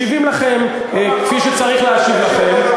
משיבים לכם כפי שצריך להשיב לכם,